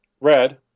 red